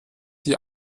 die